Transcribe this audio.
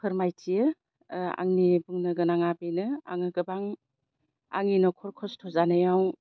फोरमायथियो आंनि बुंनो गोनाङा बेनो आङो गोबां आंनि न'खर खस्थ' जानायाव